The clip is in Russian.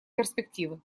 перспективы